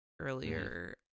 earlier